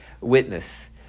witness